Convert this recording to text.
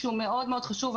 שהוא מאוד מאוד חשוב,